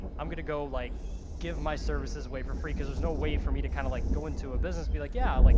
i'm gonna go like give my services away for free, cause there's no way for me to kind of like go into a business be like, yeah, like